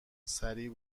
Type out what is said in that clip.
سریع